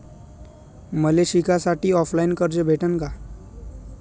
मले शिकासाठी ऑफलाईन कर्ज भेटन का?